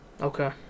Okay